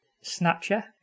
Snatcher